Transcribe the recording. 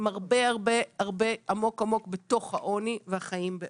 הם עמוק בתוך העוני והחיים בעוני.